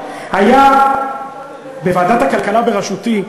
היה בוועדת הכלכלה בראשותי,